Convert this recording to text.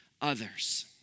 others